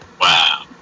Wow